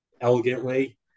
elegantly